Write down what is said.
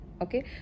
Okay